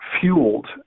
fueled